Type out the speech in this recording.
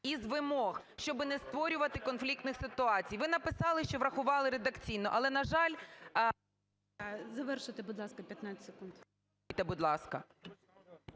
із вимог, щоб не створювати конфліктних ситуацій. Ви написали, що врахували редакційно, але, на жаль… ГОЛОВУЮЧИЙ. Завершуйте, будь ласка, 15 секунд.